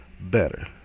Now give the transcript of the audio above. better